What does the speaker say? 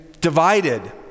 Divided